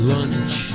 Lunch